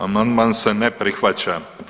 Amandman se ne prihvaća.